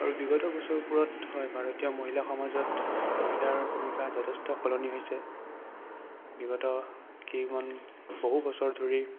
আৰু বিগত বছৰবোৰত হয় ভাৰতীয় মহিলা সমাজত মহিলাৰ ভূমিকা যথেষ্ট সলনি হৈছে বিগত কেইটামান বহু বছৰ ধৰি